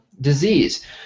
disease